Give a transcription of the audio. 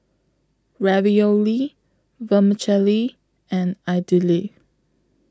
Ravioli Vermicelli and Idili